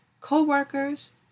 co-workers